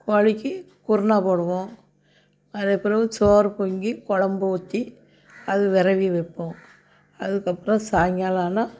கோழிக்கு குருணை போடுவோம் அதுக்கு பெறகு சோறு பொங்கி கொழம்பு ஊற்றி அது வெரவி வைப்போம் அதுக்கு அப்புறம் சாயங்காலம் ஆனால்